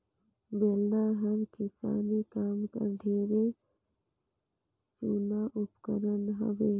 बेलना हर किसानी काम कर ढेरे जूना उपकरन हवे